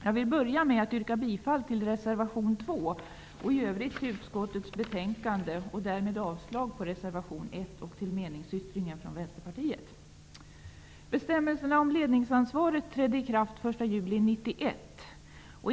Jag vill börja med att yrka bifall till reservation 2 och i övrigt till utskottets hemställan, och därmed avslag på reservation 1 och meningsyttringen från Bestämmelserna om ledningsansvaret trädde i kraft den 1 juli 1991.